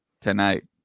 tonight